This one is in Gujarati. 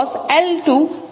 કરવાની જરૂર છે